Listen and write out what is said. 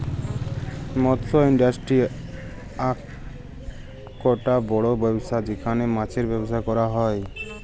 মৎস ইন্ডাস্ট্রি আককটা বড় ব্যবসা যেখালে মাছের ব্যবসা ক্যরা হ্যয়